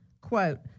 quote